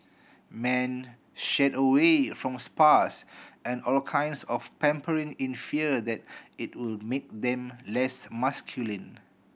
men shied away from spas and all kinds of pampering in fear that it would make them less masculine